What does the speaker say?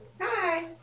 Hi